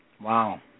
Wow